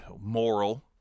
Moral